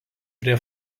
prie